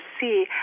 see